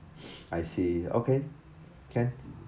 I see okay can